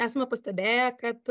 esame pastebėję kad